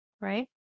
right